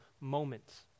moments